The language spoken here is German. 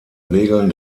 regeln